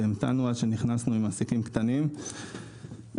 והמתנו עד שנכנסנו עם מעסיקים קטנים; מ-2019